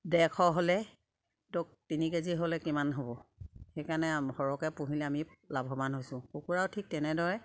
ডেৰশ হ'লে তিনি কেজি হ'লে কিমান হ'ব সেইকাৰণে সৰহকে পুহিলে আমি লাভৱান হৈছোঁ কুকুৰাও ঠিক তেনেদৰে